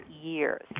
years